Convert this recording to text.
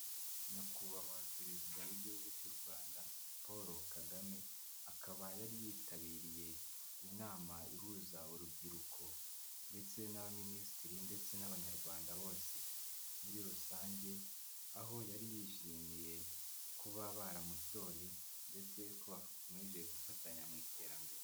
Nyakubahwa perezida w'igihugu cy'u Rwanda Paul Kagame, akaba yari yitabiriye inama ihuza urubyiruko ndetse n'abaminisitiri ndetse n'abanyarwanda bose muri rusange, aho yari yishimiye kuba baramutoye ndetse ko bakomeje gufatanya mu iterambere.